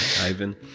ivan